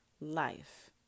life